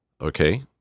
Okay